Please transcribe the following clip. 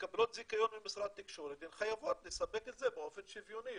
הן מקבלות זיכיון ממשרד התקשורת והן חייבות לספק את זה באופן שוויוני,